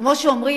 כמו שאומרים,